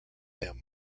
him